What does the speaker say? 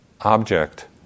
object